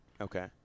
Okay